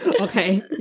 Okay